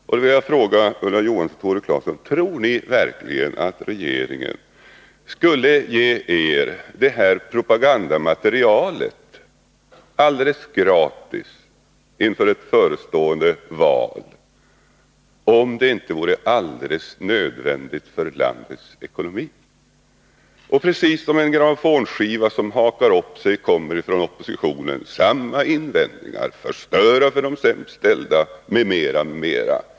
Då vill jag fråga Tore Claeson och Ulla Johansson: Tror ni verkligen att regeringen skulle ge er det här propagandamaterialet alldeles gratis inför ett förestående val, om det inte vore absolut nödvändigt för landets ekonomi? Precis som en grammofonskiva som hakat upp sig kommer det från oppositionen samma invändningar, dvs. att vi förstör för de sämst ställda, m.m.